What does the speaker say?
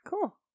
Cool